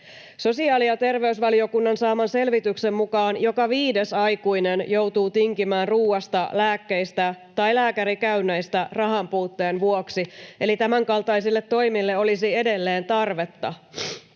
Sosiaali- ja terveysvaliokunnan saaman selvityksen mukaan joka viides aikuinen joutuu tinkimään ruuasta, lääkkeistä tai lääkärikäynneistä rahanpuutteen vuoksi, eli tämänkaltaisille toimille olisi edelleen tarvetta.